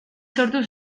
sortu